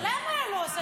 הוא לא נאם נאום בכורה?